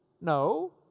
No